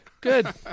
good